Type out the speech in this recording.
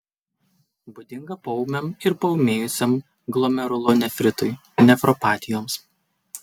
būdinga poūmiam ir paūmėjusiam glomerulonefritui nefropatijoms